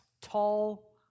tall